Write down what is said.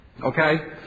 Okay